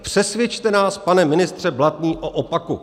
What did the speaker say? Přesvědčte nás, pane ministře Blatný, o opaku.